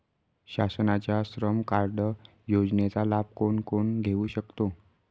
शासनाच्या श्रम कार्ड योजनेचा लाभ कोण कोण घेऊ शकतो?